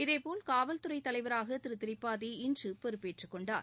இதேபோல் காவல்துறை தலைவராக திரு திரிபாதி இன்று பொறுப்பேற்றுக் கொண்டார்